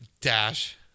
dash